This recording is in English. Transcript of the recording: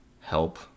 help